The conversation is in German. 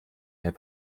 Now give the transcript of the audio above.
herr